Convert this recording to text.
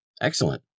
excellent